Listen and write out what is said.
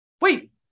Wait